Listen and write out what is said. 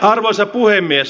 arvoisa puhemies